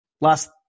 Last